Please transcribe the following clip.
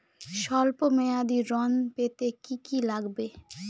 সল্প মেয়াদী ঋণ পেতে কি কি লাগবে?